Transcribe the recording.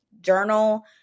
journal